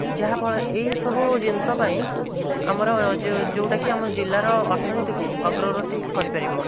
ଯାହା ଫଳ ଏହିସବୁ ଜିନିଷ ପାଇଁ ଆମର ଯେଉଁ ଯେଉଁଟାକି ଆମ ଜିଲ୍ଲାର ଅର୍ଥନୀତିକୁ ଅଗ୍ରଗତି କରିପାରିବ